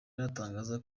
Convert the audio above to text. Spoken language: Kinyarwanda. iratangaza